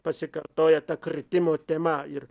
pasikartoja ta kritimo tema ir